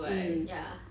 mm